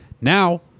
Now